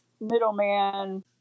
middleman